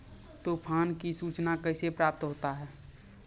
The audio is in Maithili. तुफान की सुचना कैसे प्राप्त होता हैं?